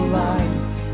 life